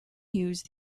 used